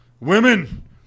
women